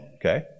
Okay